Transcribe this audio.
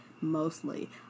mostly